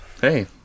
Hey